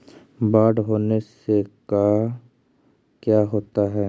बाढ़ होने से का क्या होता है?